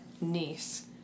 niece